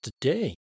today